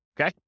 Okay